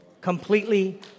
Completely